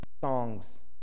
songs